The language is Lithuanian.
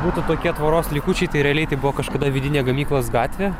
būtų tokie tvoros likučiai tai realiai tai buvo kažkada vidinė gamyklos gatvė